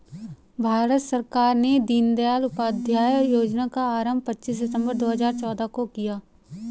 भारत सरकार ने दीनदयाल उपाध्याय योजना का आरम्भ पच्चीस सितम्बर दो हज़ार चौदह को किया